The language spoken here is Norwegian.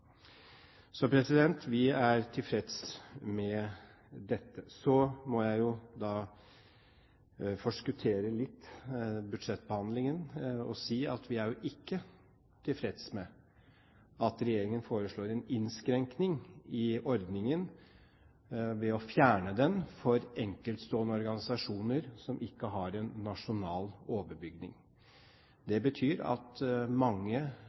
Vi er tilfreds med dette. Så må jeg forskuttere budsjettbehandlingen litt og si at vi ikke er tilfreds med at regjeringen foreslår en innskrenkning i ordningen ved å fjerne den for enkeltstående organisasjoner som ikke har en nasjonal overbygning. Det betyr at mange